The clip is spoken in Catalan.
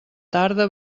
tarda